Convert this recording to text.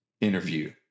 interview